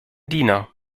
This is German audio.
diener